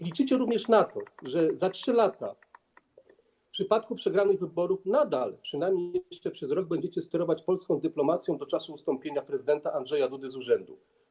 Liczycie również na to, że za 3 lata w przypadku przegranych wyborów przynajmniej jeszcze przez rok będziecie nadal sterować polską dyplomacją do czasu ustąpienia prezydenta Andrzeja Dudy z urzędu.